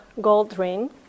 Goldring